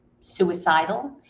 suicidal